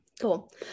cool